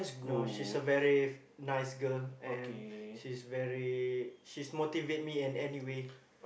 no she's a very nice girl and she's very she's motivate me in any way